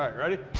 ready?